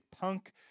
punk